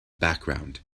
background